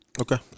Okay